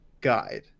guide